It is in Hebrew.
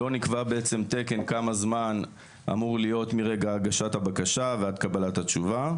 לא נקבע בעצם תקן כמה זמן אמור להיות מרגע הגשת הבקשה ועד קבלת התשובה.